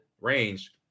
range